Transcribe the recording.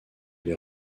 les